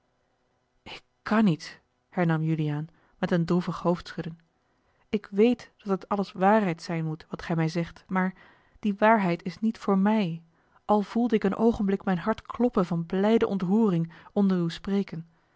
ik kan niet hernam juliaan met een droevig hoofdschudden ik weet dat het alles waarheid zijn moet wat gij mij zegt maar die waarheid is niet voor mij al voelde ik een oogenblik mijn hart kloppen van blijde ontroering onder uw spreken